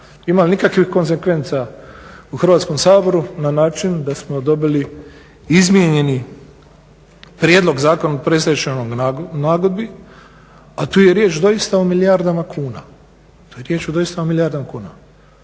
imali nikakvih konsekvenca u Hrvatskom saboru na način da smo dobili izmijenjeni Prijedlog zakona o predstečajnoj nagodbi. A tu je riječ doista o milijardama kunama,